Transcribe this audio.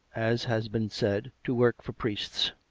as has been said, to work for priests,